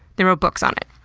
they wrote books on it.